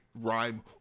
rhyme